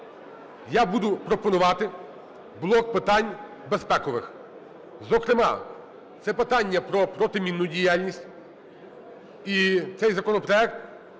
я буду пропонувати блок питань безпекових, зокрема це питання про протимінну діяльність. І цей законопроект